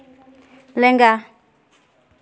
ᱞᱮᱸᱜᱟ